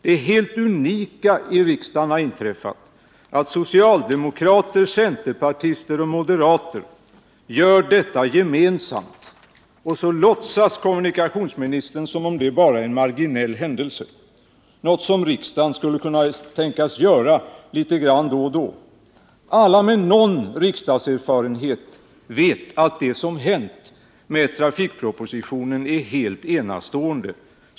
Det helt unika i riksdagen har inträffat att socialdemokrater, centerpartister och moderater gör detta gemensamt, och så låtsas kommunikationsministern som om detta bara är en marginell händelse, något som riksdagen skulle kunna tänkas göra litet grand då och då. Alla med någon riksdagserfarenhet vet att det som hänt med trafikpropositionen är helt enastående.